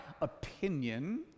opinion